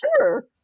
sure